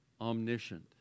omniscient